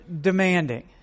demanding